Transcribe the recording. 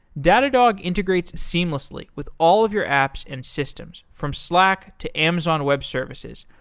datadog integrates seamlessly with all of your apps and systems from slack, to amazon web services,